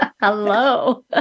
Hello